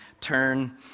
turn